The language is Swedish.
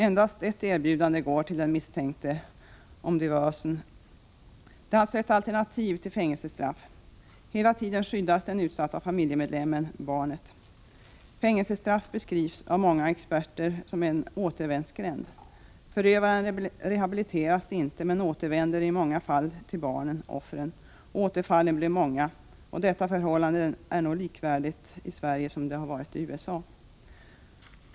Endast eft erbjudande går till den misstänkte om diversion. Detta är alltså ett alternativ till fängelsestraff. Hela tiden skyddas den utsatta familjemedlemmen, barnet. Fängelsestraff beskrivs av många experter som en återvändsgränd. Förövaren rehabiliteras inte men återvänder i många fall till barnen — offren — och återfallen blir många. Detta förhållande är nog detsamma i Sverige som det har varit i USA.